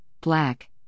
black